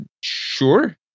Sure